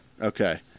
Okay